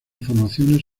formaciones